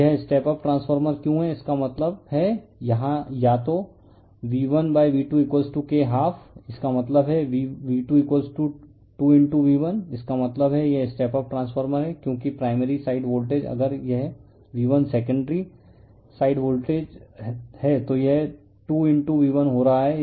यह step up transformer क्यों है इसका मतलब है यहाँ तो V1V2Kहाफ इसका मतलब है V22 V1 इसका मतलब है यह स्टेप अप ट्रांसफॉर्मर है क्योंकि प्राइमरी साइड वोल्टेज अगर यह V1 सेकेंडरी साइड है तो यह 2 V1 हो रहा है